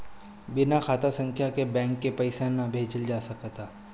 बिना खाता संख्या के बैंक के पईसा ना भेजल जा सकत हअ